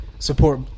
Support